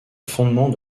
fondement